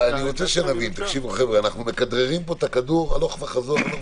אנחנו מכדררים פה את הכדור הלוך וחזור.